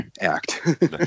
act